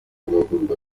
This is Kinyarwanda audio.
rwakozwe